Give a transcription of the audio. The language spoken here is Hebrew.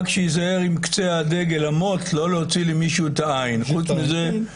רק שייזהר עם קצה הדגל והמוט לא להוציא למישהו את העין בהתלהבות.